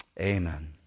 amen